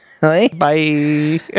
bye